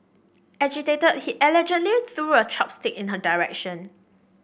agitated he allegedly threw a chopstick in her direction